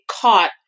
caught